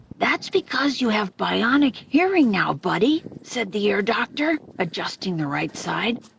that's because you have bionic hearing now, buddy, said the ear doctor, adjusting the right side.